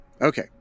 Okay